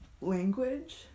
language